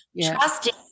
Trusting